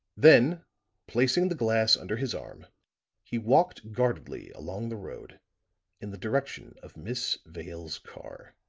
then placing the glass under his arm he walked guardedly along the road in the direction of miss vale's car.